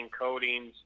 coatings